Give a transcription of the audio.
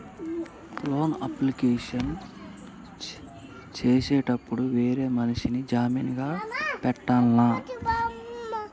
Loan application చేసేటప్పుడు వేరే మనిషిని జామీన్ గా పెట్టాల్నా?